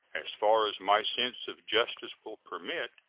as far as my sense of justice will permit,